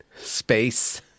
space